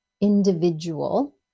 individual